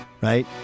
right